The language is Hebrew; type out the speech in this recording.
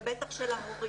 ובטח של ההורים.